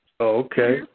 okay